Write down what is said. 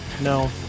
no